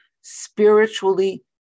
spiritually